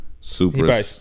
super